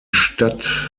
stadt